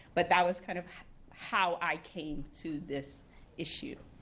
but that was kind of how i came to this issue.